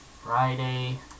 Friday